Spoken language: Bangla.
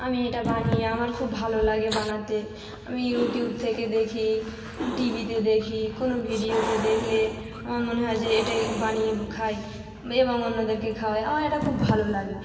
আমি এটা বানিয়ে আমার খুব ভালো লাগে বানাতে আমি ইউটিউব থেকে দেখি টিভিতে দেখি কোনও ভিডিওতে দেখলে আমার মনে হয় যে এটাই বানিয়ে খাই এবং অন্যদেরকে খাওয়াই আমার এটা খুব ভালো লাগে